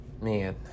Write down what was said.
Man